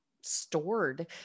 stored